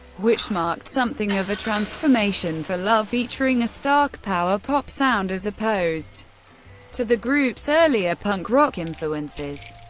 which marked something of a transformation for love, featuring a stark power pop sound as opposed to the group's earlier punk rock influences.